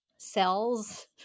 Cells